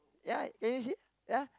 ya can you see ya